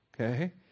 Okay